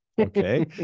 Okay